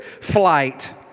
flight